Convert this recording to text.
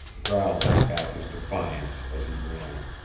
growling back his defiance as he ran.